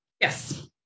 Yes